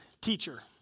teacher